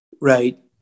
right